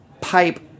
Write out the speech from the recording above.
pipe